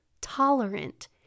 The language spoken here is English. tolerant